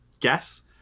Guess